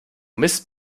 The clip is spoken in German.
mist